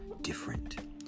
different